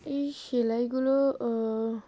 এই সেলাইগুলো